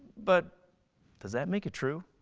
but does that make it true